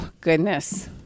goodness